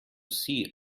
see